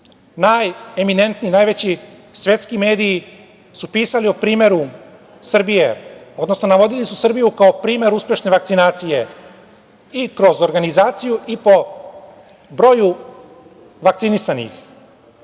Najeminentniji, najveći svetski mediji su pisali o primeru Srbije, odnosno navodili su Srbiju kao primer uspešne vakcinacije i kroz organizaciju i po broju vakcinisanih.